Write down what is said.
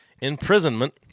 imprisonment